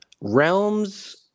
Realms